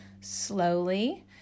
slowly